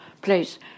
place